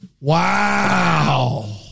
Wow